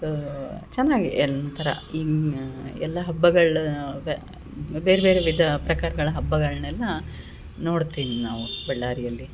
so ಚೆನ್ನಾಗಿ ಎಂತರ ಹಿಂಗೆ ಎಲ್ಲ ಹಬ್ಬಗಳು ಬೇರೆ ಬೇರೆ ವಿಧ ಪ್ರಕಾರ್ಗಳ ಹಬ್ಬಗಳ್ನೆಲ್ಲ ನೋಡ್ತಿನಿ ನಾವು ಬಳ್ಳಾರಿಯಲ್ಲಿ